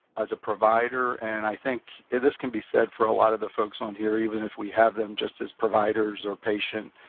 as a provider. and i think this can be said for a lot of the folks on here, even if we have them just as providers or patient.